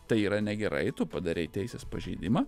tai yra negerai tu padarei teisės pažeidimą